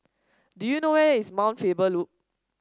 do you know where is Mount Faber Loop